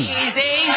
easy